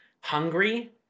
hungry